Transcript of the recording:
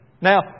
Now